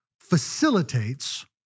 facilitates